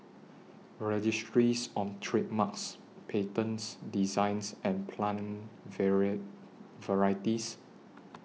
Registries on Trademarks Patents Designs and Plant Varieties